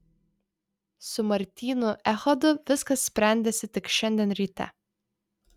su martynu echodu viskas sprendėsi tik šiandien ryte